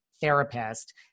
therapist